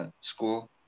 school